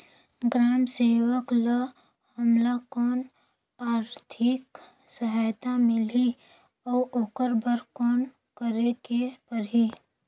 ग्राम सेवक ल हमला कौन आरथिक सहायता मिलही अउ ओकर बर कौन करे के परही?